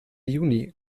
juni